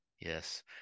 yes